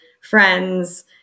friends